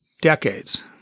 decades